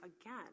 again